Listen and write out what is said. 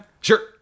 Sure